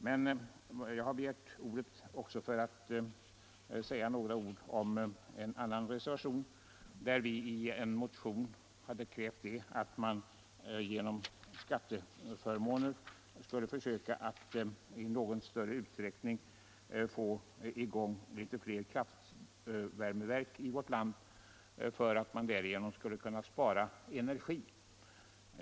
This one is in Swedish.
Jag begärde emellertid ordet också för att säga någonting om reservationen 2. I en motion har vi begärt att man genom skatteförmåner i någon större utsträckning skulle försöka få i gång flera kraftvärmeverk i vårt land för att därigenom spara energi.